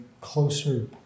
closer